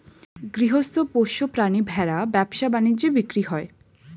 গৃহস্থ পোষ্য প্রাণী ভেড়া ব্যবসা বাণিজ্যে বিক্রি হয়